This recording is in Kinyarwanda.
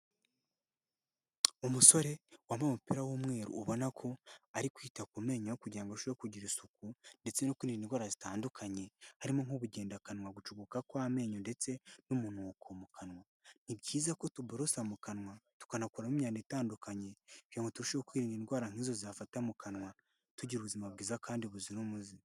Umusore wampa umupira w'umweru ubona ko ari kwita ku menyo kugira ngo arusheho kugira isuku ndetse no kwirinda indwara zitandukanye harimo nk'ubugendakanwa, gucukuka kw'amenyo ndetse n'umunuko mu kanwa, ni byiza ko tuborosa mu kanwa tukanakuramo imyanda itandukanye kugira ngo turusheho kwirinda indwara nk'izo zafata mu kanwa tugira ubuzima bwiza kandi buzira umuze.